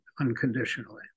unconditionally